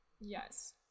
Yes